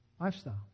lifestyle